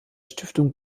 stiftung